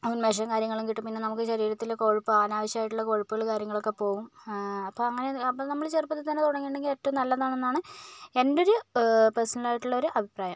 ഉന്മേഷവും കാര്യങ്ങളും കിട്ടും പിന്നെ നമുക്ക് ശരീരത്തിലെ കൊഴുപ്പ് അനാവശ്യമായിട്ടുള്ള കൊഴുപ്പുകൾ കാര്യങ്ങളൊക്കെ പോകും അപ്പം അങ്ങനെ അപ്പോൾ നമ്മൾ ചെറുപ്പത്തിൽ തന്നെ തുടങ്ങിയിട്ടുണ്ടെങ്കിൽ ഏറ്റവും നല്ലതാണെന്നാണ് എന്റെയൊരു പേർസണലായിട്ടുള്ളൊരു അഭിപ്രായം